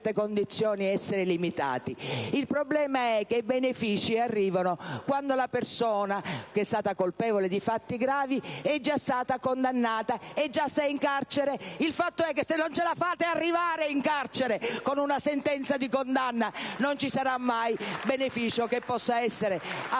Il problema è che i benefici arrivano quando la persona che si è resa colpevole di fatti gravi è già stata condannata, e già sta in carcere: il fatto è che se non ce la fate arrivare in carcere con una sentenza di condanna, non ci sarà mai beneficio che possa essere applicato